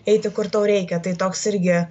eiti kur tau reikia tai toks irgi